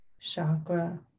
chakra